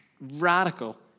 radical